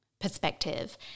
perspective